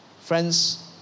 Friends